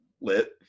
lit